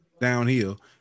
downhill